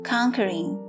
Conquering